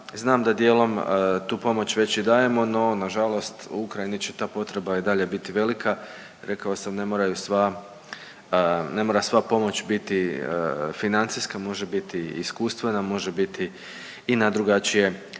Znam da dijelom tu pomoć već i dajemo no nažalost u Ukrajini će ta potreba i dalje biti velika. Rekao sam ne moraju sva, ne mora sva pomoć biti financijska, može biti i iskustvena, može biti i na drugačije